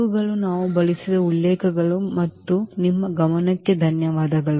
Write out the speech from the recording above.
ಇವುಗಳು ನಾವು ಬಳಸಿದ ಉಲ್ಲೇಖಗಳು ಮತ್ತು ನಿಮ್ಮ ಗಮನಕ್ಕೆ ಧನ್ಯವಾದಗಳು